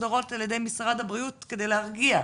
מסודרות על ידי משרד הבריאות כדי להרגיע.